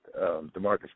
DeMarcus